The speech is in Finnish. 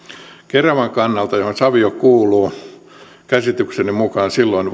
keravan kannalta johon savio kuuluu vasteaika saattoi käsitykseni mukaan silloin